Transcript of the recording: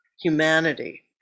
humanity